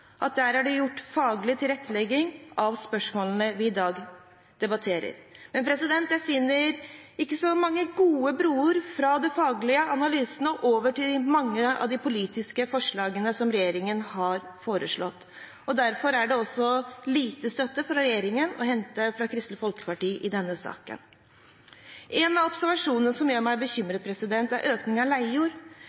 at der er det gjort faglig tilrettelegging av spørsmålene vi i dag debatterer. Men jeg finner ikke så mange gode broer fra de faglige analysene over til mange av de politiske forslagene fra regjeringen. Derfor er det også lite støtte å hente for regjeringen fra Kristelig Folkeparti i denne saken. En av observasjonene som gjør meg bekymret, er økningen av leiejord.